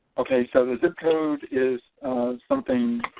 okay, so the zip code is something